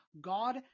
God